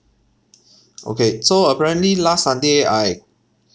okay so apparently last sunday I